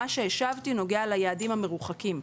מה שהשבתי נוגע ליעדים המרוחקים.